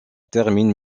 termine